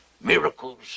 miracles